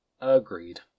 Agreed